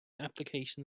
application